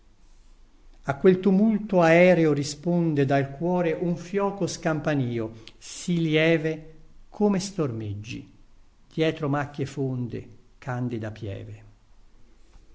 a quel tumulto aereo risponde dal cuore un fioco scampanìo sì lieve come stormeggi dietro macchie fonde candida pieve